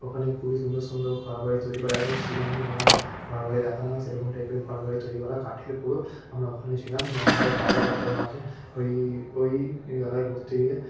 ওখানে খুবই সুন্দর সুন্দর ঘর বাড়ি তৈরি করা এবং সিনেমায় যেমন ঘর বাড়ি দেখানো হয় সেরকম টাইপের ঘর বাড়ি তৈরি করা কাঠের পুরো আমরা ওখানেই ছিলাম জঙ্গলে পাহাড়ের ওপরে মাঝে ওই ওই এলাকায় ঘুরতে গিয়ে